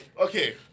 okay